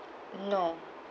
no